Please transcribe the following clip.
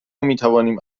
میتوانیم